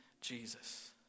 Jesus